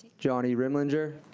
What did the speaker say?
johnny rimlinger.